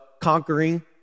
conquering